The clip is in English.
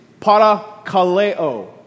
parakaleo